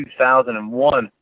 2001